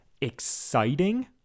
exciting